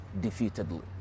defeatedly